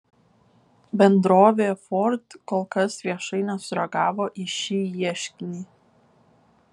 bendrovė ford kol kas viešai nesureagavo į šį ieškinį